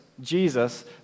Jesus